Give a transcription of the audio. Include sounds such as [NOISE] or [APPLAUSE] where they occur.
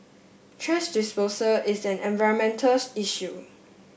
thrash disposal is an environmental [UNINTELLIGIBLE] issue